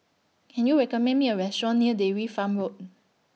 Can YOU recommend Me A Restaurant near Dairy Farm Road